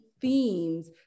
themes